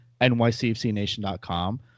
nycfcnation.com